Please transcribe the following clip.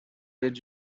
did